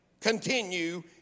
continue